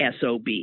SOB